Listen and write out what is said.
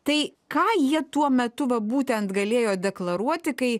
tai ką jie tuo metu va būtent galėjo deklaruoti kai